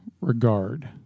regard